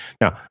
Now